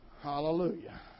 Hallelujah